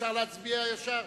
אפשר להצביע ישר?